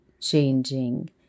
changing